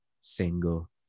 single